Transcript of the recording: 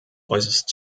äußerst